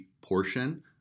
portion